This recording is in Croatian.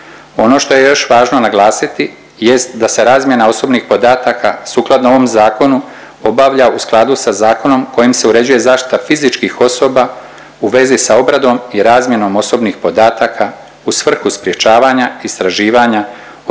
Ono što je još važno naglasiti jest da se razmjena osobnih podataka sukladno ovom zakonu obavlja u skladu sa zakonom kojim se uređuje zaštita fizičkih osoba u vezi sa obradom i razmjenom osobnih podataka u svrhu sprječavanja, istraživanja,